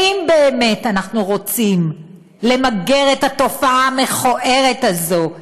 ואם באמת אנחנו רוצים למגר את התופעה המכוערת הזאת,